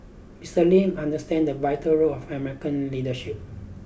Mister Lee understood the vital role of American leadership